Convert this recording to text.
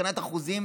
מבחינת אחוזים,